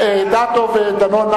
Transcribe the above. אדטו ודנון.